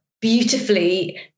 beautifully